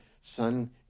son